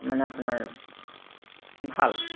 মানে আপোনাৰ ভাল